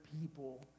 people